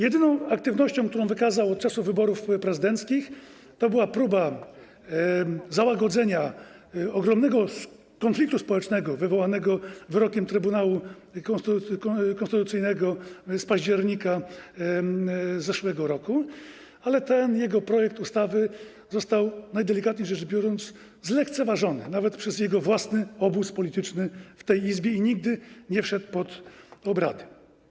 Jedyną aktywnością, którą wykazał od czasu wyborów prezydenckich, była próba załagodzenia ogromnego konfliktu społecznego wywołanego wyrokiem Trybunału Konstytucyjnego z października zeszłego roku, ale ten jego projekt ustawy został, najdelikatniej rzecz biorąc, zlekceważony nawet przez jego własny obóz polityczny w tej Izbie i nigdy nie wszedł pod obrady.